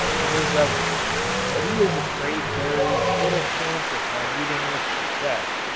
the new governor but he is afraid there is little chance of my meeting with success,